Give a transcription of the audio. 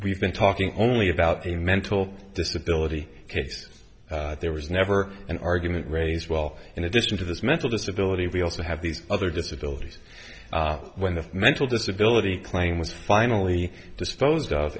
we've been talking only about a mental disability case there was never an argument raised well in addition to this mental disability we also have these other disabilities when the mental disability claim was finally disposed of